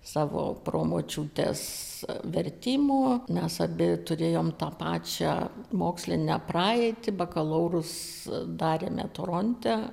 savo promočiutes vertimo nes abi turėjom tą pačią mokslinę praeitį bakalaurus darėme toronte